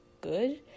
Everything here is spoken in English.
good